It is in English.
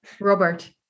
Robert